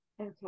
Okay